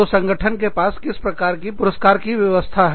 तो संगठन के पास किस प्रकार की पुरस्कार की व्यवस्था है